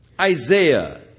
Isaiah